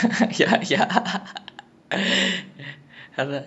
ya okay perfect perfect